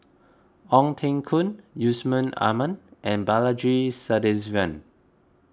Ong Teng Koon Yusman Aman and Balaji Sadasivan